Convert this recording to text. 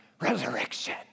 resurrection